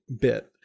bit